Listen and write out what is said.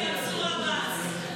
התשפ"ג 2023,